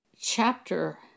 chapter